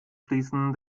fließen